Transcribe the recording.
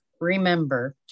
remember